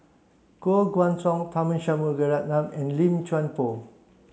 Koh Guan Song Tharman Shanmugaratnam and Lim Chuan Poh